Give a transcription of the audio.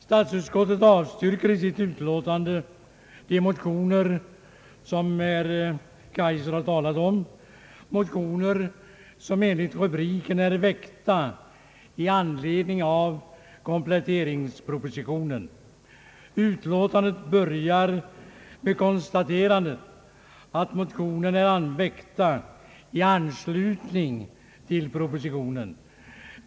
Statsutskottet avstyrker i sitt utlåtande de motioner som herr Kaijser berört. Dessa är enligt rubriken väckta i anledning av kompletteringspropositionen. Utlåtandet börjar med konstaterandet att motionerna är väckta i anslutning till propositionen.